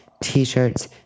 T-shirts